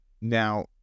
Now